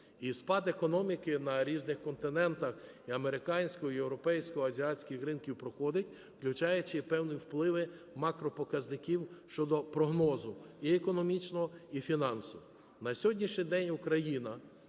І спад економіки на різних континентах і американського, і європейського, азіатських ринків проходить, включаючи певні впливи макропоказників щодо прогнозу і економічного, і фінансового. На сьогоднішній день Україна